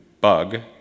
bug